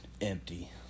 empty